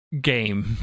Game